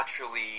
naturally